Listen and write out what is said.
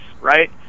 right